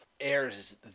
airs